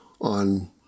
on